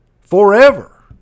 forever